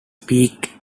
peak